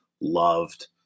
loved